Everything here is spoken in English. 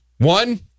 One